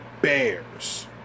Bears